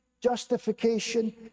justification